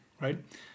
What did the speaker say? Right